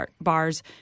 bars